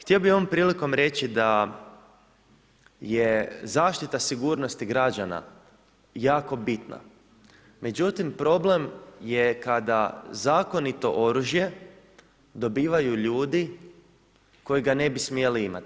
Htio bi ovom prilikom reći da je zaštita sigurnosti građana jako bitna međutim problem je kada zakonito oružje dobivaju ljudi koji ga ne bi smjeli imat.